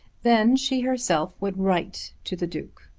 then she herself would write to the duke.